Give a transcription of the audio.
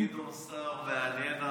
את גדעון סער מעניינת